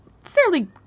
fairly